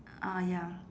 ah ya